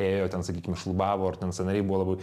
ėjo ten sakykim šlubavo ar ten sąnariai buvo labai